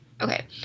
okay